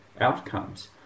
outcomes